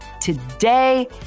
today